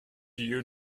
you